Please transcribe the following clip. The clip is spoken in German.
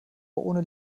ohne